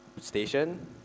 station